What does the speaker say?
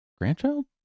Grandchild